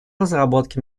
разработке